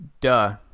duh